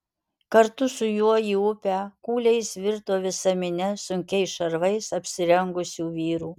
kartu su juo į upę kūliais virto visa minia sunkiais šarvais apsirengusių vyrų